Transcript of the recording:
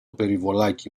περιβολάκι